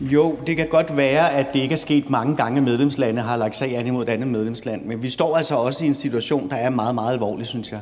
Jo, det kan godt være, at det ikke er sket mange gange, at medlemslande har lagt sag an imod et andet medlemsland, men jeg synes altså også, vi står i en situation, der er meget, meget alvorlig, og